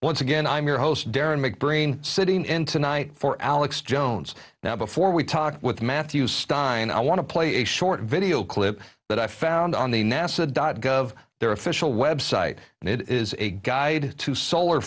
once again i'm your host darryn make brain sitting in tonight for alex jones now before we talk with matthews and i want to play a short video clip that i found on the nasa dot gov their official website and it is a guide to solar